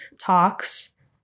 talks